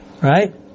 Right